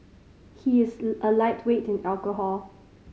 he is a lightweight in alcohol